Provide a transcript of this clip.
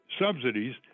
subsidies